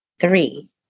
Three